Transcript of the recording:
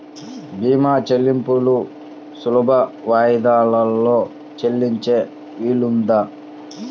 భీమా చెల్లింపులు సులభ వాయిదాలలో చెల్లించే వీలుందా?